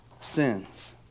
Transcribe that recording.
sins